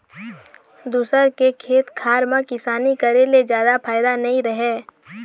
दूसर के खेत खार म किसानी करे ले जादा फायदा नइ रहय